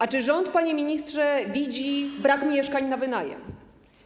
A czy rząd, panie ministrze, widzi brak mieszkań na wynajem?